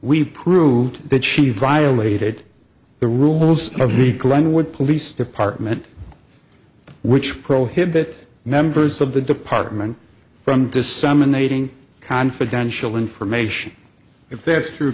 we proved that she violated the rules of the glenwood police department which prohibit members of the department from disseminating confidential information if that's t